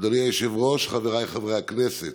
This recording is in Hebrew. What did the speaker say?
אדוני היושב-ראש, חבריי חברי הכנסת,